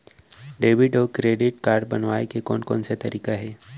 Debit अऊ credit card बनवाए के कोन कोन से तरीका हे?